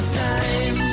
time